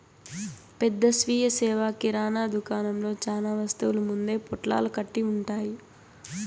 పెద్ద స్వీయ సేవ కిరణా దుకాణంలో చానా వస్తువులు ముందే పొట్లాలు కట్టి ఉంటాయి